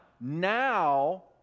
Now